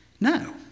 No